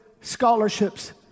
scholarships